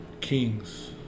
Kings